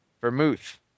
Vermouth